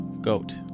goat